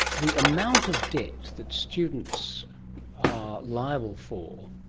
the amount of debt that students are liable for,